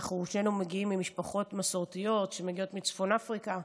שנינו מגיעים ממשפחות מסורתיות שמגיעות מצפון אפריקה,